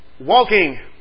walking